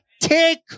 take